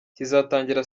kizatangira